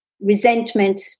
resentment